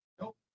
nope